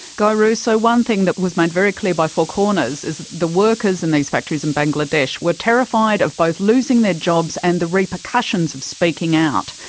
guy russo, one thing that was made very clear by four corners is that the workers in these factories in bangladesh were terrified of both losing their jobs and the repercussions of speaking out.